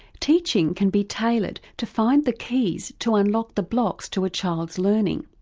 teaching can be tailored to find the keys to unlock the blocks to a child's learning,